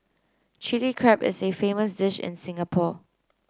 Chilli Crab is a famous dish in Singapore